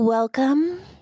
Welcome